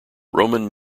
roman